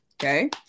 Okay